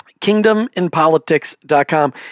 kingdominpolitics.com